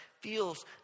feels